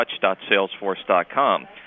touch.salesforce.com